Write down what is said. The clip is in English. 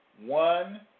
one